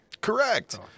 Correct